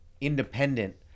Independent